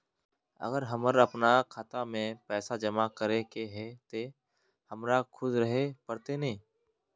अगर हमर अपना खाता में पैसा जमा करे के है ते हमरा खुद रहे पड़ते ने?